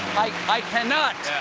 i cannot!